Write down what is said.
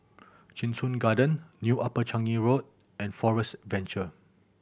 Cheng Soon Garden New Upper Changi Road and Forest Adventure